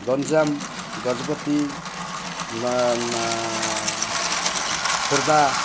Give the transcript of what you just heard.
ଗଞ୍ଜାମ ଗଜପତି ନା ଖୋର୍ଦ୍ଧା